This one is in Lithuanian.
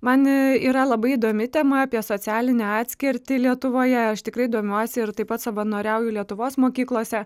man yra labai įdomi tema apie socialinę atskirtį lietuvoje aš tikrai domiuosi ir taip pat savanoriauju lietuvos mokyklose